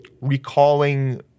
recalling